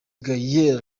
gaelle